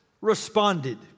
responded